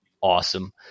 awesome